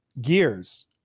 Gears